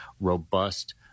robust